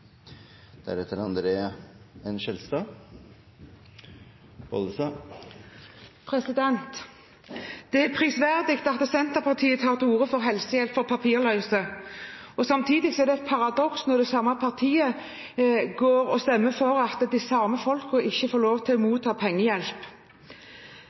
prisverdig at Senterpartiet tar til orde for helsehjelp for papirløse. Samtidig er det et paradoks at det samme partiet stemmer for at de samme folkene ikke skal få lov til å motta pengehjelp.